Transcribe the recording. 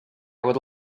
would